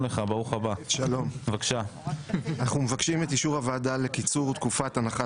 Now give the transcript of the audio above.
אנחנו מבקשים את אישור הוועדה לקיצור תקופת הנחת הצעת החוק.